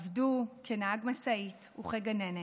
עבדו כנהג משאית וכגננת,